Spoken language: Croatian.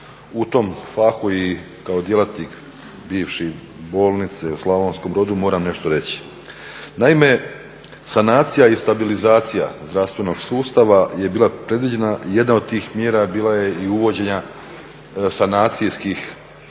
u tom fahu i kao djelatnik bivši bolnice u Slavonskom Brodu moram nešto reći. Naime, sanacija i stabilizacija zdravstvenog sustava je bila predviđena, jedna od tih mjera bila je i uvođenje sanacijskih